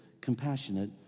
compassionate